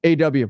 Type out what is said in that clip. AW